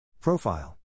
Profile